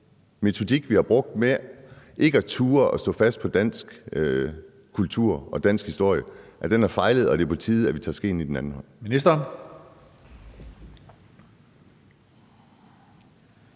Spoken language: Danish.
metodik, vi har brugt, med ikke at turde stå fast på dansk kultur og dansk historie har fejlet, og at det er på tide, at vi tager skeen i den anden hånd?